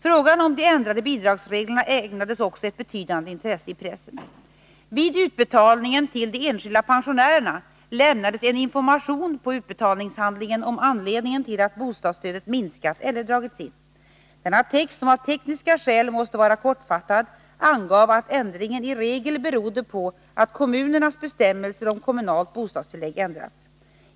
Frågan om de ändrade bidragsreglerna ägnades också ett betydande intresse i pressen. Vid utbetalningen till de enskilda pensionärerna lämnades en information på utbetalningshandlingen om anledningen till att bostadsstödet minskat eller dragits in. Denna text, som av tekniska skäl måste vara kortfattad, angav att ändringen i regel berodde på att kommunernas bestämmelser om kommunalt bostadstillägg ändrats.